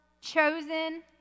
chosen